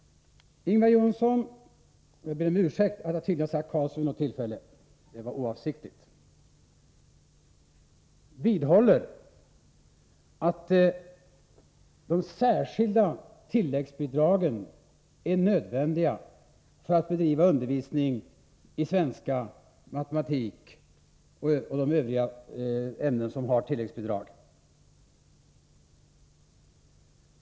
Ingvar Johnsson — jag ber om ursäkt för att jag tydligen sagt Karlsson vid något tillfälle; det var oavsiktligt — vidhåller att de särskilda tilläggsbidragen är nödvändiga för att man skall kunna bedriva undervisning i svenska, matematik och de övriga ämnen som har tilläggsbidrag.